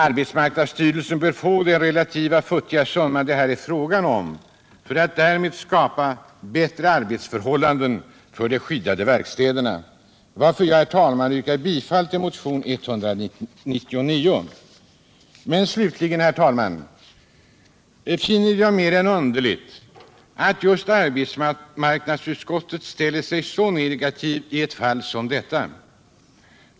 Arbetsmarknadsstyrelsen bör få den relativt futtiga summa det här är fråga om för att därmed skapa bättre arbetsmiljöförhållanden vid de skyddade verkstäderna, varför jag, herr talman, yrkar bifall till motion 199. Slutligen, herr talman, finner jag det mer än underligt att just arbetsmarknadsutskottet ställer sig så negativt till ett fall som detta.